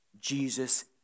Jesus